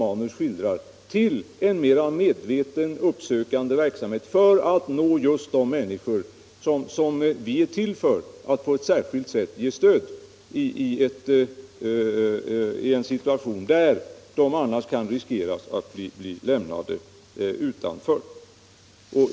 Man har försökt att skapa en mera medveten uppsökande verksamhet för att nå de människor som vi har till uppgift att på ett särskilt sätt stödja i en situation där de annars kan bli lämnade utanför.